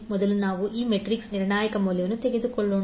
ಮೊದಲು ನಾವು ಈ ಮೆಟ್ರಿಕ್ಗಳ ನಿರ್ಣಾಯಕ ಮೌಲ್ಯವನ್ನು ತೆಗೆದುಕೊಳ್ಳೋಣ